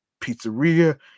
pizzeria